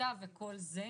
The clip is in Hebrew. המלצתה וכל זה,